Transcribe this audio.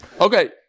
okay